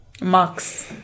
marks